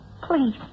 Please